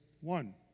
one